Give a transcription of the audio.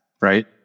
right